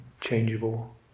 changeable